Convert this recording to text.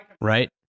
Right